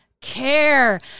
care